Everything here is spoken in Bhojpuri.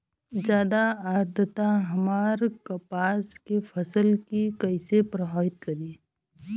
ज्यादा आद्रता हमार कपास के फसल कि कइसे प्रभावित करी?